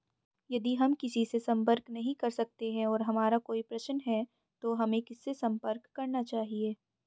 यदि हम किसी से संपर्क नहीं कर सकते हैं और हमारा कोई प्रश्न है तो हमें किससे संपर्क करना चाहिए?